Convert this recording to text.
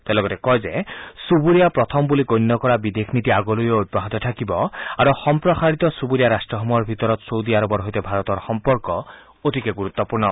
তেওঁ লগতে কয় যে চুবুৰীয়া প্ৰথম বুলি গণ্য কৰা বিদেশ নীতি আগলৈও অব্যাহত থাকিব আৰু সম্প্ৰসাৰিত চুবুৰীয়া ৰাট্টসমূহৰ ভিতৰত চৌদি আৰৱৰ সৈতে ভাৰতৰ সম্পৰ্ক অতিকে গুৰুত্বপূৰ্ণ